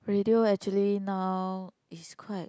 radio actually now is quite